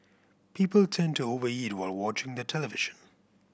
people tend to over eat while watching the television